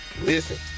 listen